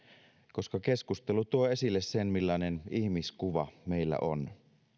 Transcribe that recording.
koska keskustelu tuo esille sen millainen ihmiskuva meillä on